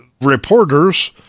reporters